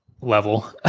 level